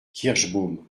kirschbaum